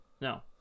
No